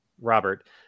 Robert